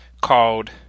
called